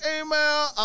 email